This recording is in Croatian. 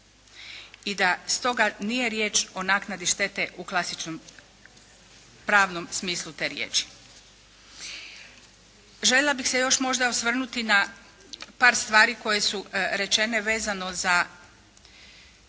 i da stoga nije riječ o naknadi štete u klasičnom pravnom smislu te riječi. Željela bih se još možda osvrnuti na par stvari koje su rečene vezane uz